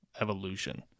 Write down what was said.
evolution